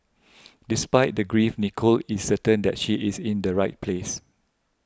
despite the grief Nicole is certain that she is in the right place